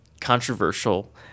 controversial